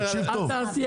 תקשיב טוב,